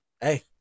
Hey